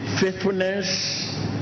faithfulness